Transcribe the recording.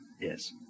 Yes